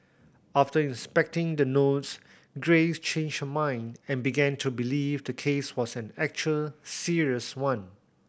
after inspecting the notes Grace changed her mind and began to believe the case was an actual serious one